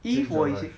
if 我 is it